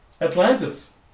Atlantis